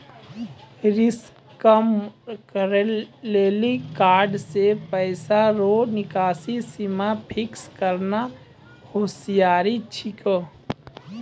risk कम करै लेली कार्ड से पैसा रो निकासी सीमा फिक्स करना होसियारि छिकै